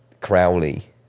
Crowley